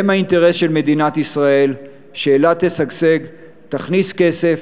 הם האינטרס של מדינת ישראל שאילת תשגשג, תכניס כסף